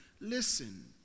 Listen